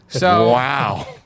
Wow